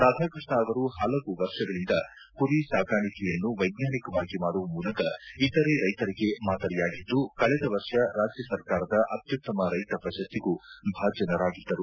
ರಾಧಾಕೃಷ್ಣ ಅವರು ಪಲವು ವರ್ಷಗಳಿಂದ ಕುರಿಸಾಕಾಣಿಕೆಯನ್ನು ವೈಜ್ಞಾನಿಕವಾಗಿ ಮಾಡುವ ಮೂಲಕ ಇತರೆ ರೈತರರಿಗೆ ಮಾದರಿಯಾಗಿದ್ದು ಕಳೆದ ವರ್ಷ ರಾಜ್ಯ ಸರ್ಕಾರದ ಅತ್ಯುತ್ತಮ ರೈತ ಪ್ರಶಸ್ತಿಗೂ ಭಾಜನರಾಗಿದ್ದರು